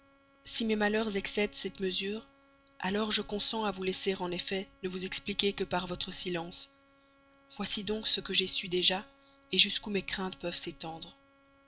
si mes malheurs excèdent cette mesure alors je consens à vous laisser en effet ne vous expliquer que par votre silence voici donc ce que j'ai su déjà jusqu'où mes craintes peuvent s'étendre